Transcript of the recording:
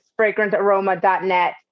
fragrantaroma.net